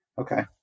okay